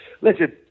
listen